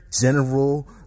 General